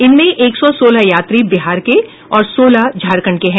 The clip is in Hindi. इनमें एक सौ सोलह यात्री बिहार के और सोलह झारखंड के हैं